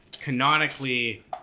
canonically